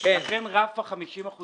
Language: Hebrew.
ה-50%